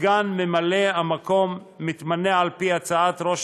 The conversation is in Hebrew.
הסגן ממלא-המקום מתמנה על-פי הצעת ראש